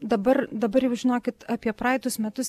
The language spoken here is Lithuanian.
dabar dabar jau žinokit apie praeitus metus